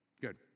Good